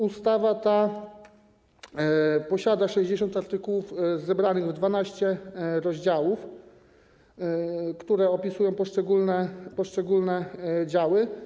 Ustawa ta posiada 60 artykułów zebranych w 12 rozdziałach, które opisują poszczególne działy.